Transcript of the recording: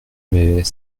mais